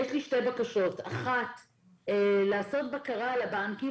יש לי שתי בקשות: לעשות בקרה על הבנקים